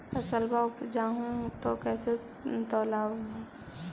फसलबा उपजाऊ हू तो कैसे तौउलब हो?